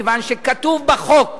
מכיוון שכתוב בחוק